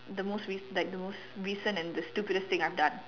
the most like the most recent and the stupidest thing I've done